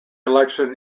election